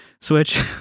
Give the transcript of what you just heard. switch